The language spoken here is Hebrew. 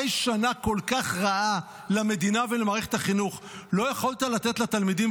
אחרי שנה כל כך רעה למדינה ולמערכת החינוך לא יכולת לתת ודאות לתלמידים?